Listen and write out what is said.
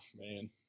man